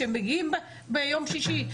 שמגיעים ביום שישי.